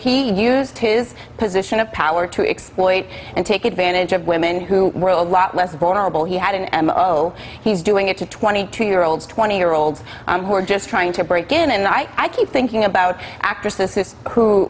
he used his position of power to exploit and take advantage of women who were a lot less vulnerable he had an m o he's doing it to twenty two year olds twenty year olds who are just trying to break in and i keep thinking about actresses who